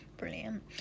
brilliant